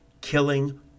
killing